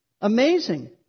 Amazing